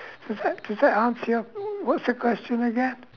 does that does that answer your what's the question again